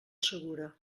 segura